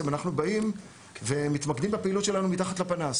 אנחנו באים ומתמקדים בפעילות שמתחת לפנס.